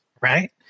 Right